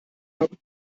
haben